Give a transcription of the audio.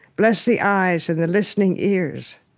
bless the eyes and the listening ears.